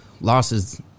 losses